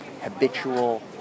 habitual